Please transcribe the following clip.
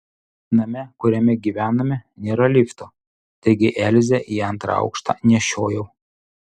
name kuriame gyvename nėra lifto taigi elzę į antrą aukštą nešioju